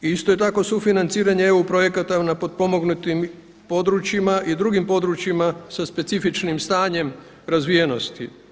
I isto je tako sufinanciranje EU projekata na potpomognutim područjima i drugim područjima sa specifičnim stanjem razvijenosti.